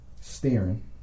Staring